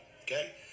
okay